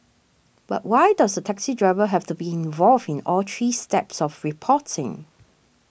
but why does the taxi driver have to be involved in all three steps of reporting